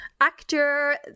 actor